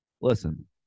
listen